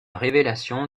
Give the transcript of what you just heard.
révélation